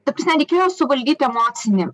ta prasme reikėjo suvaldyt emocinį